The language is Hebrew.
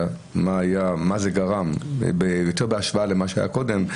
מה היה ומה זה גרם יותר בהשוואה למה שהיה קודם.